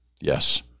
Yes